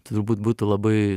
turbūt būtų labai